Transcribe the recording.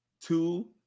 two